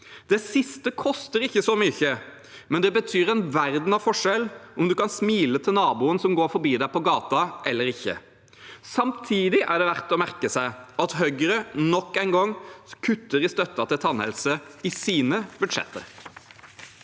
Det siste koster ikke så mye, men det betyr en verden av forskjell om du kan smile til naboen som går forbi deg på gaten, eller ikke. Samtidig er det verdt å merke seg at Høyre nok en gang kutter i støtten til tannhelse i sine budsjetter.